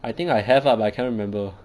I think I have lah but I cannot remember